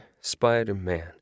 Spider-Man